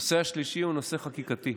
הנושא השלישי הוא נושא חקיקתי.